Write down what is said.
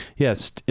Yes